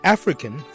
African